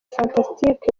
fantastic